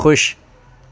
خوش